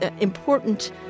important